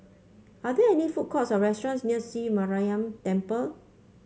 are there food courts or restaurants near Sri Mariamman Temple